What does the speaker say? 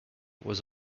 was